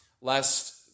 lest